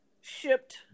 shipped